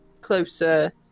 closer